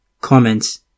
Comments